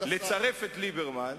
לצרף את ליברמן,